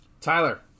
Tyler